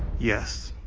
yes.